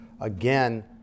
again